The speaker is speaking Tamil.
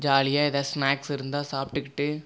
ஜாலியாக ஏதாவது ஸ்னாக்ஸ் இருந்தால் சாப்பிட்டுக்கிட்டு